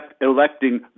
electing